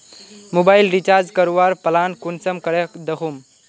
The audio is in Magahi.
मोबाईल रिचार्ज करवार प्लान कुंसम करे दखुम?